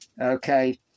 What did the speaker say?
okay